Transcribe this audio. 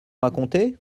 raconter